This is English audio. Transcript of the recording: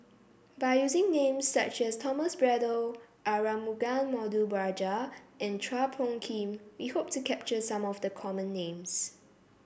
by using names such as Thomas Braddell Arumugam Ponnu Rajah and Chua Phung Kim we hope to capture some of the common names